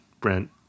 Brent